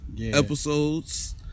episodes